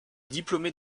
diplômés